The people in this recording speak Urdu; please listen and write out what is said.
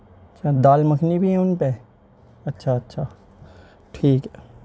اچھا دال مکھنی بھی ہے ان پہ اچھا اچھا ٹھیک ہے